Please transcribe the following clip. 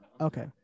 Okay